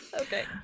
Okay